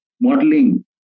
modeling